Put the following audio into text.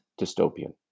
dystopian